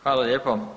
Hvala lijepo.